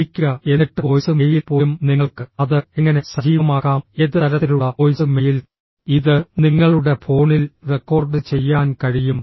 വിളിക്കുക എന്നിട്ട് voice mail പോലും നിങ്ങൾക്ക് അത് എങ്ങനെ സജീവമാക്കാം ഏത് തരത്തിലുള്ള വോയ്സ് മെയിൽ ഇത് നിങ്ങളുടെ ഫോണിൽ റെക്കോർഡ് ചെയ്യാൻ കഴിയും